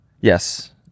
Yes